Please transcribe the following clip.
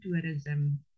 tourism